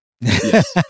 Yes